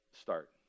start